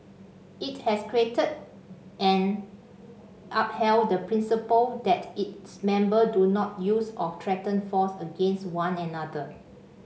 it has created and upheld the principle that its member do not use or threaten force against one another